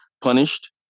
punished